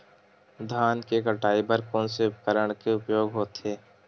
धान के कटाई बर कोन से उपकरण के उपयोग होथे?